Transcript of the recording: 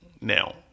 now